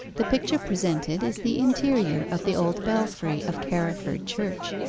the picture presented is the interior of the old belfry of carriford church,